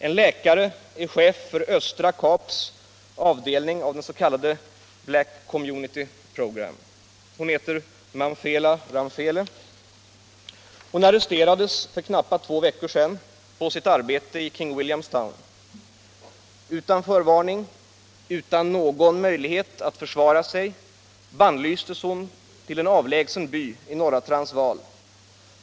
En läkare är chef för östra Kaps avdelning av det s.k. Black Community Program. Hon heter Mamphela Ramphele. Hon arresterades för knappt två veckor sedan på sitt arbete i King Williams town. Utan förvarning, utan möjlighet att försvara sig, bannlystes hon till en avlägsen by i norra Transvaal.